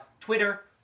Twitter